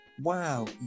wow